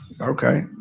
Okay